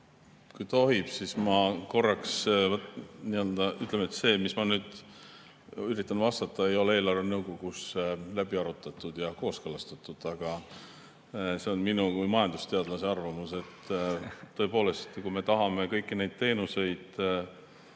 Kui tohib, siis ma korraks … See, mida ma nüüd üritan vastata, ei ole eelarvenõukogus läbi arutatud ja kooskõlastatud, aga see on minu kui majandusteadlase arvamus. Tõepoolest, kui me tahame kõiki neid teenuseid